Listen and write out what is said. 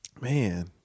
Man